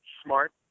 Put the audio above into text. smart